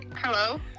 Hello